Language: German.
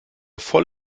voll